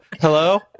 Hello